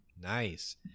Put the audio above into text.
nice